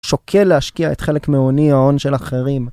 שוקל להשקיע את חלק מהוני ההון של אחרים.